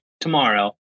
tomorrow